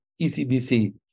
ECBC